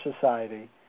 society